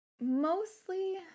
Mostly